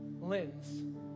lens